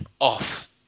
off